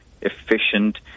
efficient